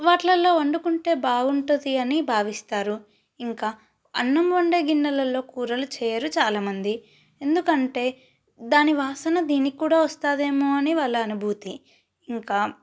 వాటిల్లో వండుకుంటే బాగుంటుంది అని భావిస్తారు ఇంకా అన్నం వండే గిన్నెలలో కూరలు చేయరు చాలామంది ఎందుకంటే దాని వాసన దీనికి కూడా వస్తుంది ఏమో అని వాళ్ళ అనుభూతి ఇంకా